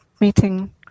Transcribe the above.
meeting